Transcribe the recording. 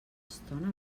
estona